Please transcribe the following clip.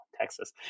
Texas